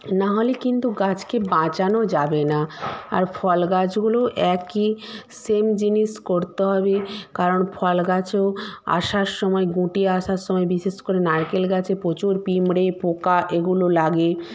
নাহলে কিন্তু গাছকে বাঁচানো যাবে না আর ফল গাছগুলো একই সেম জিনিস করতে হবে কারণ ফল গাছেও আসার সময় গুটি আসার সময় বিশেষ করে নারকেল গাছে প্রচুর পিঁপড়ে পোকা এগুলো লাগে